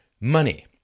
money